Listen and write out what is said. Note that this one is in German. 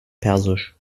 persisch